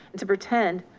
and to pretend